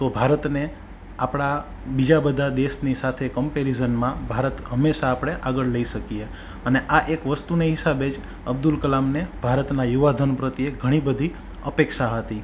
તો ભારતને આપણા બીજા બધા દેશની સાથે કંપેરિઝનમાં ભારત હંમેશા આપણે આગળ લઈ શકીએ અને આ એક વસ્તુને હિસાબે જ અબ્દુલ કલામને ભારતના યુવા ધન પ્રત્યે ઘણી બધી અપેક્ષા હતી